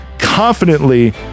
confidently